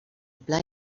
pla